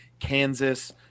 Kansas